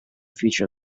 future